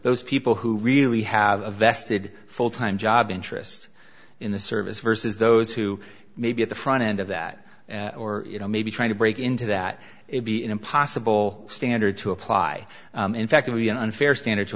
those people who really have a vested full time job interest in the service versus those who may be at the front end of that or you know maybe trying to break into that it be an impossible standard to apply in fact it would be unfair standard to